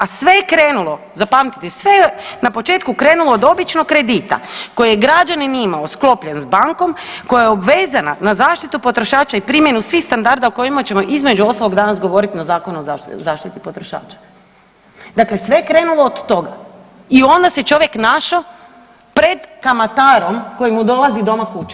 A sve je krenulo, zapamtite, sve je na početku krenulo od običnog kredita koji je građanin imao sklopljen s bankom, koja je obvezana na zaštitu potrošača i primjenu svih standarda o kojima ćemo između ostalog danas govoriti na Zakon o zaštiti potrošača, dakle sve je krenulo od toga i onda se čovjek našao pred kamatarom koji mu dolazi doma kući.